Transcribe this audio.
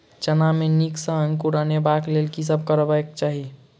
चना मे नीक सँ अंकुर अनेबाक लेल की सब करबाक चाहि?